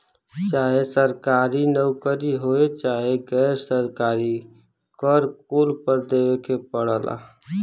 चाहे सरकारी नउकरी होये चाहे गैर सरकारी कर कुल पर देवे के पड़ला